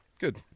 Good